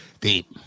Deep